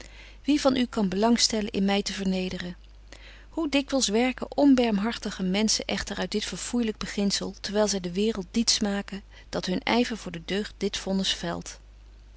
wie van u kan belang stellen in my te vernederen hoe dikwyls werken onbermhartige menschen echter uit dit verfoeilyk beginzel terwyl zy de waereld diets maken dat hun yver voor de deugd dit vonnis velt